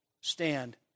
stand